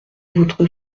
votre